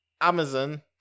Amazon